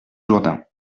jourdain